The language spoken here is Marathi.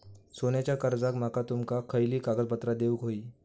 सोन्याच्या कर्जाक माका तुमका खयली कागदपत्रा देऊक व्हयी?